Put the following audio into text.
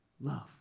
love